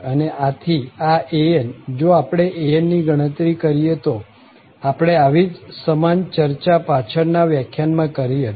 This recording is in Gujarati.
અને આથી આ an જો આપણે an ની ગણતરી કરીએ તો આપણે આવી જ સમાન ચર્ચા પાછળ ના વ્યાખ્યાનમાં કરી હતી